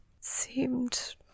seemed